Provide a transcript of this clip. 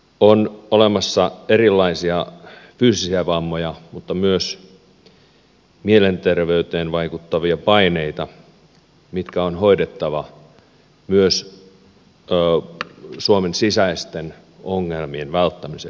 on olemassa erilaisia fyysisiä vammoja mutta myös mielenterveyteen vaikuttavia paineita jotka on hoidettava myös suomen sisäisten ongelmien välttämiseksi